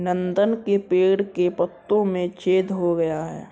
नंदन के पेड़ के पत्तों में छेद हो गया है